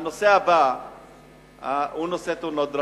והנושא הבא הוא תאונות דרכים.